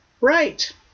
Right